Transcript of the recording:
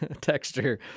Texture